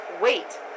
wait